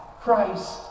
Christ